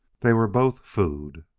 they were both food!